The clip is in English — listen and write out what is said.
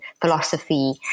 philosophy